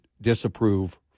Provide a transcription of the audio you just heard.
disapprove